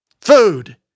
Food